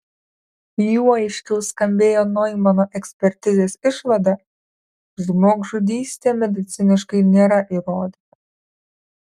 juo aiškiau skambėjo noimano ekspertizės išvada žmogžudystė mediciniškai nėra įrodyta